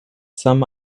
some